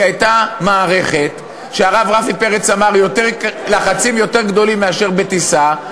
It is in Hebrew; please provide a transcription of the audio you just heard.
הייתה מערכת שהרב רפי פרץ אמר: לחצים יותר גדולים מאשר בטיסה,